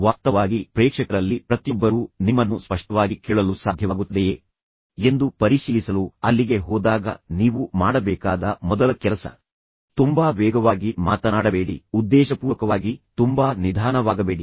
ವಾಸ್ತವವಾಗಿ ಪ್ರೇಕ್ಷಕರಲ್ಲಿ ಪ್ರತಿಯೊಬ್ಬರೂ ನಿಮ್ಮನ್ನು ಸ್ಪಷ್ಟವಾಗಿ ಕೇಳಲು ಸಾಧ್ಯವಾಗುತ್ತದೆಯೇ ಎಂದು ಪರಿಶೀಲಿಸಲು ನೀವು ವೃತ್ತಿಪರರಾಗಿ ಅಲ್ಲಿಗೆ ಹೋದಾಗ ನೀವು ಮಾಡಬೇಕಾದ ಮೊದಲ ಕೆಲಸ ತುಂಬಾ ವೇಗವಾಗಿ ಮಾತನಾಡಬೇಡಿ ಉದ್ದೇಶಪೂರ್ವಕವಾಗಿ ತುಂಬಾ ನಿಧಾನವಾಗಬೇಡಿ